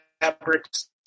fabrics